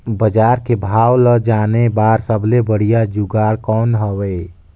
बजार के भाव ला जाने बार सबले बढ़िया जुगाड़ कौन हवय?